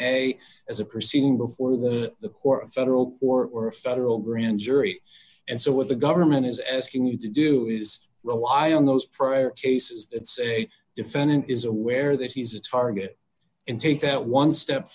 a as a proceeding before the war a federal or or a federal grand jury and so what the government is asking you to do is rely on those prior cases and say defendant is aware that he's a target and take that one step